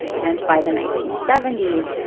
and by the nineteen seventy s,